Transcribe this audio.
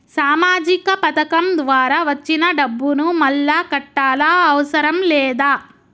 సామాజిక పథకం ద్వారా వచ్చిన డబ్బును మళ్ళా కట్టాలా అవసరం లేదా?